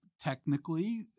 Technically